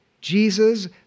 Jesus